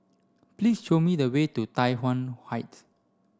please show me the way to Tai Yuan Heights